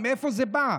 מאיפה זה בא?